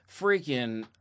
freaking